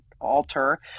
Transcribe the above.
alter